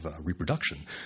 reproduction